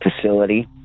facility